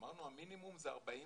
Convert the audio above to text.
אמרנו המינימום זה 48,